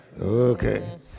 okay